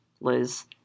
Liz